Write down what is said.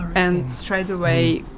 and straight away,